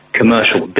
commercial